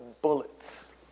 bullets